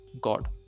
God